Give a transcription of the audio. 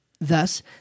Thus